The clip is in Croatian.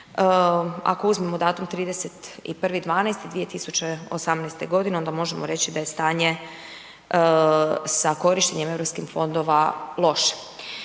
ako uzmemo datum 31.12.2018. godine, onda možemo reći da je stanje sa korištenjem EU fondova loše.